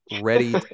Ready